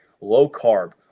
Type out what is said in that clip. low-carb